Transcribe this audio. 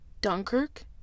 Dunkirk